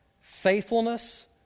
faithfulness